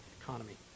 economy